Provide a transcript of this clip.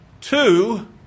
Two